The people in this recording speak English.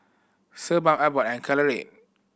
Sebamed Abbott and Caltrate